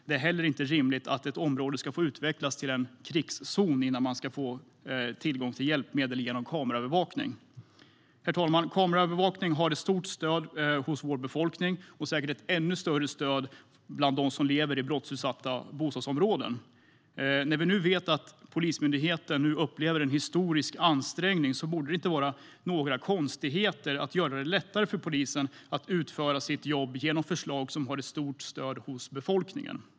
Det är inte heller rimligt att ett område ska utvecklas till en krigszon innan man kan få tillgång till hjälpmedel som kameraövervakning. Herr talman! Kameraövervakning har stort stöd hos vår befolkning och säkert ett ännu större stöd bland de som lever i särskilt brottsutsatta bostadsområden. Vi vet att Polismyndigheten upplever en historiskt stor ansträngning. Då borde det inte vara några konstigheter att göra det lättare för polisen att utföra sitt jobb genom att genomföra förslag som har stort stöd hos befolkningen.